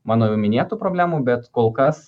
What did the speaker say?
mano jau minėtų problemų bet kol kas